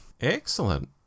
Excellent